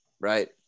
Right